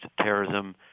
terrorism